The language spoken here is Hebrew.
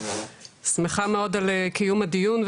שמחה מאוד על קיום הדיון,